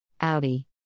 Audi